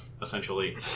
essentially